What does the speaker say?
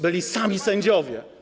Byli sami sędziowie.